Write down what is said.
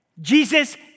Jesus